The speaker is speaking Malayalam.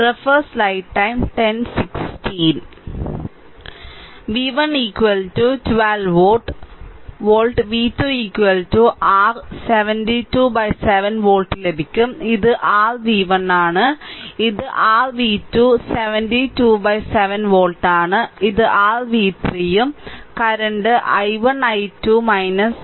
v1 12 volt v2 r 727 volt ലഭിക്കും ഇത് r v1 ആണ് ഇത് r v2 727 വോൾട്ട് ആണ് ഇത് r v3 ഉം കറന്റ് i1 12 v1 ന് 4 ഉം ആണ്